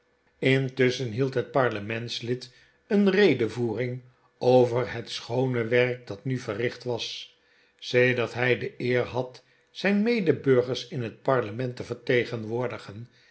intusschen hield het parlementslid een redevoering over het schoone werk dat nu verricht was seder t hij de eer had zijn medeburgers in het parlement te vertegenwoordigen